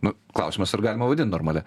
nu klausimas ar galima vadint normalia